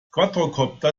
quadrokopter